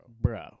Bro